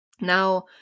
Now